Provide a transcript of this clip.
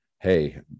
Hey